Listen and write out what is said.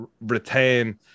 retain